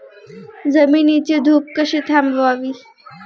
जमिनीची धूप कशी थांबवावी?